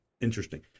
interesting